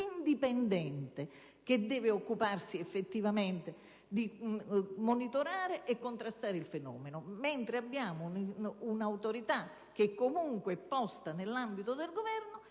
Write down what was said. che deve occuparsi effettivamente di monitorare e contrastare il fenomeno, mentre abbiamo una autorità che comunque è posta nell'ambito del Governo